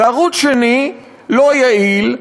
וערוץ שני לא יעיל,